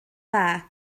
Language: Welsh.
dda